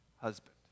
husband